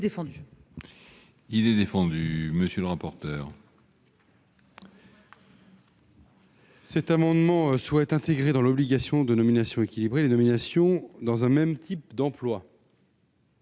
Il est défendu.